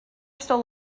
stole